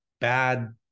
bad